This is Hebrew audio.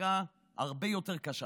הבחירה הרבה יותר קשה: